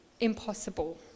impossible